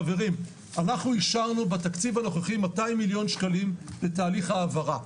חברים אנחנו אישרנו בתקציב הנוכחי 200 מיליון שקלים לתהליך ההעברה,